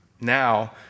now